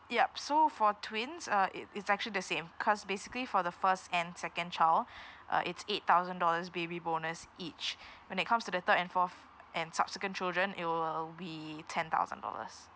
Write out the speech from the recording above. yup so for twins uh it it's actually the same cause basically for the first and second child uh it's eight thousand dollars baby bonus each when it comes to the third and fourth and subsequent children it will be ten thousand dollars